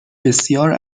بسیار